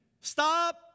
Stop